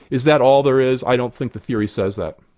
is that all there is? i don't think the theory says that.